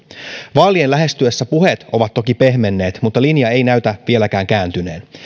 vaalien lähestyessä puheet ovat toki pehmenneet mutta linja ei näytä vieläkään kääntyneen